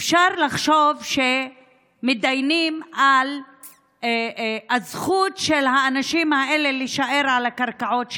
אפשר לחשוב שמתדיינים על הזכות של האנשים האלה להישאר על הקרקעות שלהם,